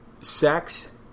sex